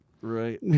Right